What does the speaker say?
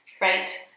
right